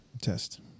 test